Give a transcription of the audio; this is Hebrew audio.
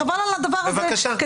חבל על הדבר הזה,